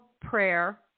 prayer